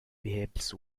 behaves